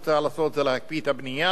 כל מה שהוא צריך לעשות זה להקפיא את הבנייה,